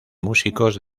músicos